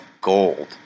gold